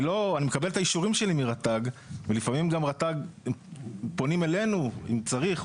אני מקבל את האישורים שלי מרט"ג ולפעמים גם רט"ג פונים אלינו אם צריך.